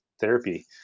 therapy